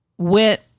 went